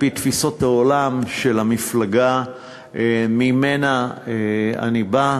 על-פי תפיסות העולם של המפלגה שממנה אני בא.